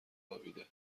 خوابیده